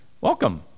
Welcome